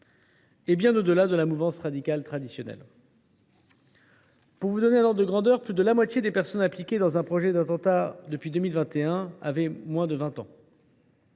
va bien au delà de la mouvance radicale traditionnelle. Pour vous donner un ordre de grandeur, sachez que plus de la moitié des personnes impliquées dans un projet d’attentat depuis 2021 avaient moins de 20 ans.